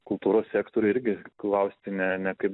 kultūros sektoriuj irgi klausti ne ne kaip